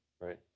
right